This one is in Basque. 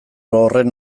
horren